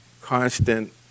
constant